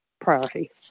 priority